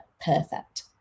perfect